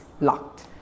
locked